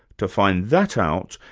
to find that out,